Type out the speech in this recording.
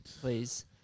please